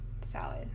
salad